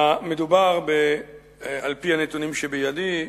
על-פי הנתונים שבידי,